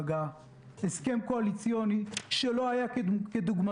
הכנסת של כחול לבן בשעה 15:30 לא ידע מה יקרה